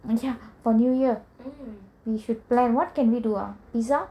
mm ya for new year we should plan what can we do ah pizza